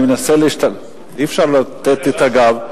אני מנסה, אי-אפשר לתת את הגב.